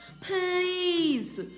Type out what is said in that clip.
Please